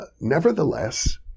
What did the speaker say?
Nevertheless